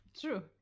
True